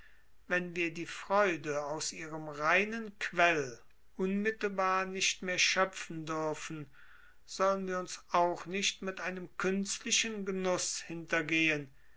wenn wir die freude aus ihrem reinen quell unmittelbar nicht mehr schöpfen dürfen sollen wir uns auch nicht mit einem künstlichen genuß hintergehen